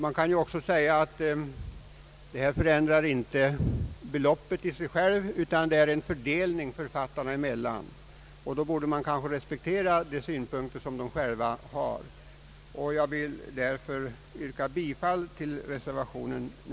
Man kan också säga att detta inte förändrar beloppet i sig självt utan att det är en fråga om fördelning författarna emellan. Då borde man respektera de synpunkter som de själva har på frågan. Jag vill därför yrka bifall till reservationen.